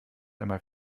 einmal